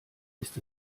ist